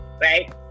right